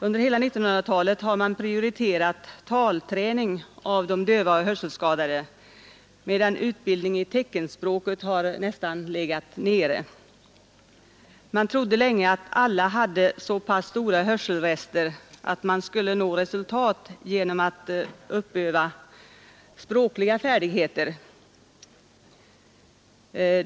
Under hela 1900-talet har man prioriterat talträning av de döva och hörselskadade, medan utbildningen i teckenspråket nästan har legat nere. Man trodde länge att alla hade så pass stora hörselrester att man skulle nå resultat genom att uppöva språkliga färdigheter.